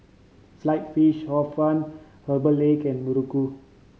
Sliced Fish Hor Fun herbal egg and muruku